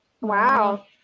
Wow